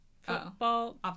football